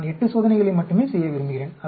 நான் 8 சோதனைகளை மட்டுமே செய்ய விரும்புகிறேன்